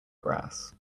grass